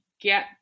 get